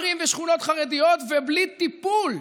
ערים ושכונות חרדיות ובלי טיפול.